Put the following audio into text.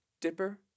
Dipper